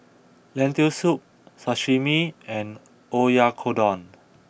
Lentil Soup Sashimi and Oyakodon